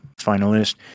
finalist